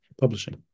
publishing